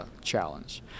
challenge